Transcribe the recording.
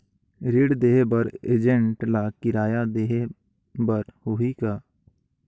ऋण देहे बर एजेंट ला किराया देही बर होही का?